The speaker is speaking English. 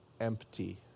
empty